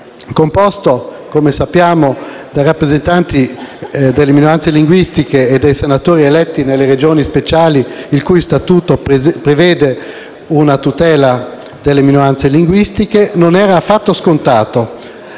composto - come sappiamo - da rappresentanti delle minoranze linguistiche e dai senatori eletti nelle Regioni speciali, il cui Statuto preveda la tutela di tali minoranze, non era affatto scontato.